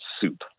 soup